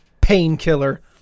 painkiller